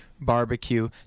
barbecue